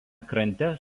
krante